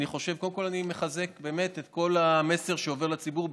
קודם כול אני מחזק את כל המסר שעובר לציבור,